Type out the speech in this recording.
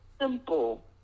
simple